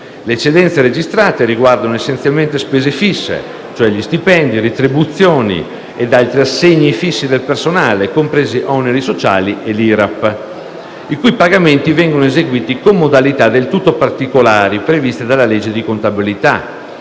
Le eccedenze registrate riguardano essenzialmente spese fisse (stipendi, retribuzioni e altri assegni fissi del personale, compresi oneri sociali e IRAP), i cui pagamenti vengono eseguiti con modalità del tutto particolari previste dalla legge di contabilità